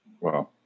Wow